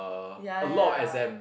ya ya ya